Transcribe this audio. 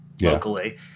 locally